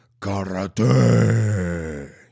Karate